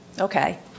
Okay